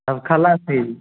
हम खलासी